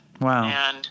Wow